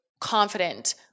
confident